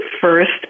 first